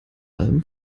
allem